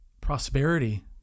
prosperity